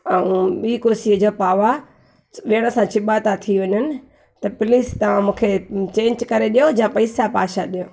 ऐं ॿी कुर्सी जा पावा च वेहण सां चिॿा था थी वञनि त पिलिस तव्हां मूंखे चेंज करे ॾियो जां पैसा पासा ॾियो